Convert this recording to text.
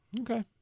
okay